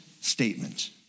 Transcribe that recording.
statement